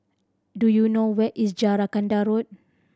do you know where is Jacaranda Road